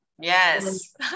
Yes